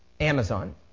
Amazon